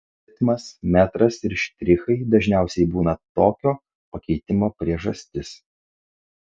ritmas metras ir štrichai dažniausiai būna tokio pakeitimo priežastis